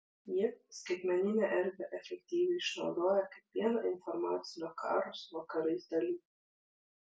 ji skaitmeninę erdvę efektyviai išnaudoja kaip vieną informacinio karo su vakarais dalių